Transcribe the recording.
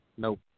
Nope